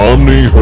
Omni